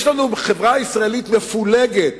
יש לנו חברה ישראלית מפולגת